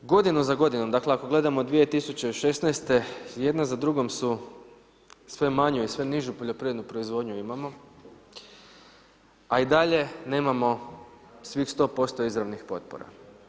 Godinu za godinom, dakle ako gledamo 2016. jedna za drugom su sve manju i sve nižu poljoprivrednu proizvodnju imamo, a i dalje nemamo svih 100% izravnih potpora.